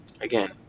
again